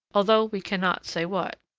although we cannot say what.